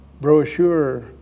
brochure